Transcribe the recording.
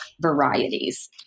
varieties